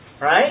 Right